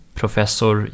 professor